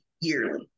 yearly